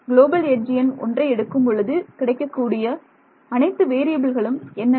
global edge எண் 1ஐ எடுக்கும் பொழுது கிடைக்கக்கூடிய அனைத்து வேறியபில்களும் என்னென்ன